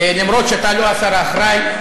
אומנם אתה לא השר האחראי,